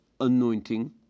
anointing